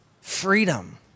Freedom